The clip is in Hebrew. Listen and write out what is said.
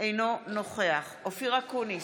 אינו נוכח אופיר אקוניס,